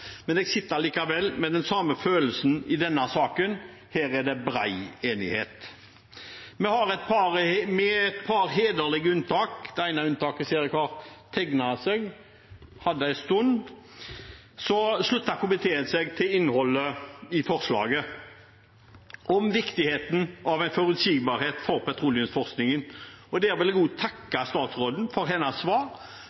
men jeg sitter allikevel med den samme følelsen i denne saken, at her er det bred enighet. Med et par hederlige unntak – det ene unntaket så jeg hadde tegnet seg til talerlisten – sluttet komiteen seg til innholdet i forslaget og om viktigheten av forutsigbarhet for petroleumsforskningen. Jeg vil også takke statsråden for hennes svar, som er